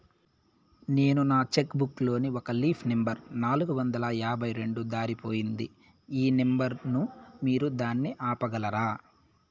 నేను నా cheque book లోని ఒక లీఫ్ నెంబర్ నాలుగు వందల యాభై రెండు దారిపొయింది పోయింది ఈ నెంబర్ ను మీరు దాన్ని ఆపగలరా?